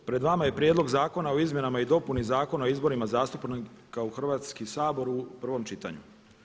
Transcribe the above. Pred vama je Prijedlog zakona o izmjenama i dopuni Zakona o izborima zastupnika u Hrvatski sabor u prvom čitanju.